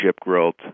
growth